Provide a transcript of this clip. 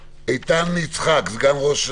איתן יצחק, בבקשה, סגן ראש רח"ל.